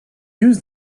use